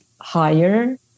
higher